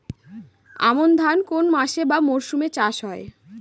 আমন ধান কোন মাসে বা মরশুমে চাষ হয়?